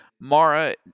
Mara